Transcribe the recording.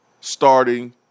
starting